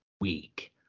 week